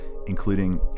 including